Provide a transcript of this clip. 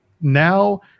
Now